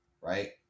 Right